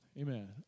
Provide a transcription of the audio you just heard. Amen